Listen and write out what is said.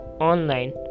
online